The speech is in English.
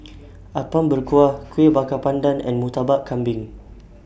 Apom Berkuah Kueh Bakar Pandan and Murtabak Kambing